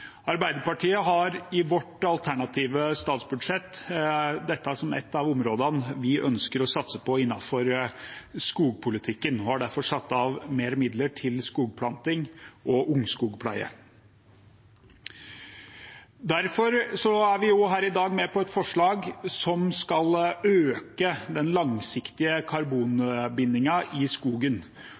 Arbeiderpartiet har i sitt alternative statsbudsjett dette som et av områdene vi ønsker å satse på innenfor skogpolitikken, og har derfor satt av mer midler til skogplanting og ungskogpleie. Derfor er vi også her i dag med på et forslag om å øke den langsiktige karbonbindingen i skogen.